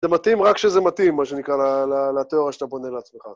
זה מתאים רק שזה מתאים, מה שנקרא, לתאורה שאתה בונה לעצמך.